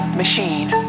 machine